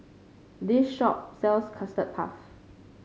this shop sells Custard Puff